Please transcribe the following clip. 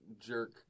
jerk